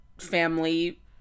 family